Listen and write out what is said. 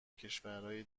کشورای